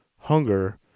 hunger